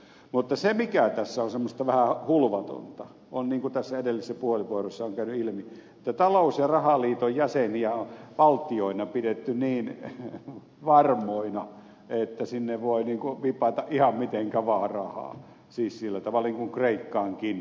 mutta se mikä tässä on semmoista vähän hulvatonta on niin kuin tässä edellisessä puheenvuorossa on käynyt ilmi että talous ja rahaliiton jäseniä on valtioina pidetty niin varmoina että sinne voi vipata ihan mitenkä vaan rahaa siis sillä tavalla niin kuin kreikkaankin